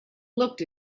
looked